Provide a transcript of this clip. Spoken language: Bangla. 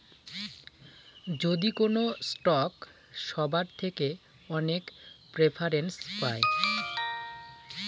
যদি কোনো স্টক সবার থেকে অনেক প্রেফারেন্স পায়